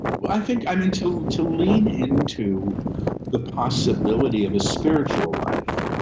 i think um until to lean into the possibility of a spiritual life.